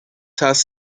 has